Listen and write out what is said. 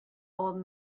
old